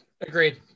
agreed